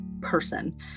person